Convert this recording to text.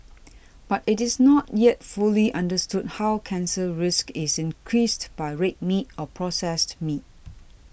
but it is not yet fully understood how cancer risk is increased by red meat or processed meat